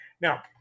Now